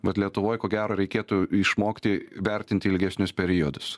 vat lietuvoj ko gero reikėtų išmokti vertinti ilgesnius periodus